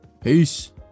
peace